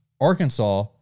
Arkansas